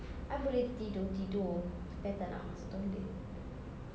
I boleh tidur tidur tetapi I tak nak masuk toilet